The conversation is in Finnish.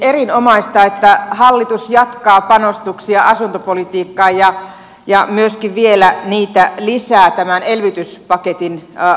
erinomaista että hallitus jatkaa panostuksia asuntopolitiikkaan ja myöskin vielä lisää niitä tämän elvytyspaketin avulla